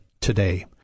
today